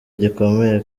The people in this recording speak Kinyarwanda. gikomeye